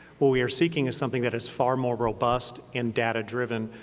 what we are seeking is something that is far more robust and data driven,